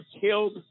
killed